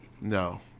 No